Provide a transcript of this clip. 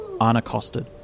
unaccosted